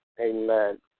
Amen